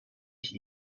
ich